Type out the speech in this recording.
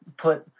put